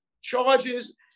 charges